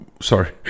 sorry